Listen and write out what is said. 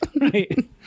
right